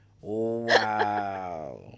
wow